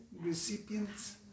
recipients